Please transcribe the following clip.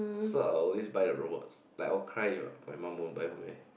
so I will always buy the robots like all kind my mum won't buy for me